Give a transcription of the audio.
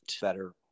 Better